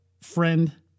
friend